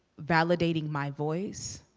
validating my voice,